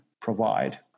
provide